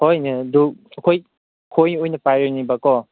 ꯍꯣꯏꯅꯦ ꯑꯗꯨ ꯑꯩꯈꯣꯏ ꯈꯣꯏ ꯑꯣꯏꯅ ꯄꯥꯏꯔꯅꯦꯕꯀꯣ